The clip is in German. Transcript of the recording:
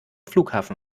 flughafen